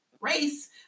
race